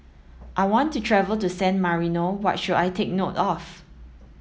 I want to travel to San Marino what should I take note of